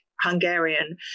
Hungarian